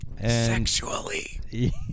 Sexually